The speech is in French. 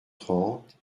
trente